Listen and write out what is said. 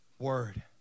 word